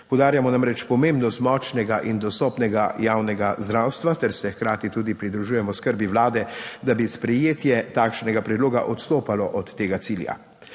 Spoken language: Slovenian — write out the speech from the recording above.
Poudarjamo namreč pomembnost močnega in dostopnega javnega zdravstva ter se hkrati tudi pridružujemo skrbi Vlade, da bi sprejetje takšnega predloga odstopalo od tega cilja.